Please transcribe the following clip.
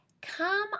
Come